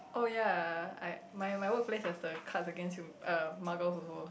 oh ya I my my workplace has the card against uh muggles also